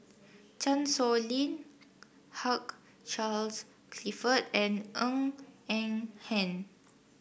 Chan Sow Lin Hugh Charles Clifford and Ng Eng Hen